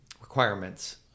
requirements